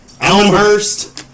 Elmhurst